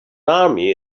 army